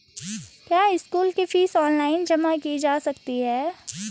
क्या school fees online जमा की जा सकती है?